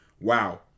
wow